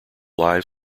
live